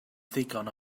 ddigon